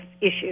issues